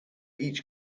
each